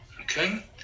okay